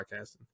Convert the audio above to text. podcasting